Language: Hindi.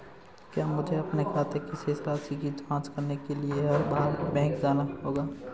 क्या मुझे अपने खाते की शेष राशि की जांच करने के लिए हर बार बैंक जाना होगा?